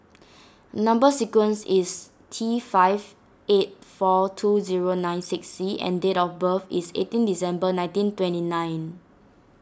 Number Sequence is T five eight four two zero nine six C and date of birth is eighteen December nineteen twenty nine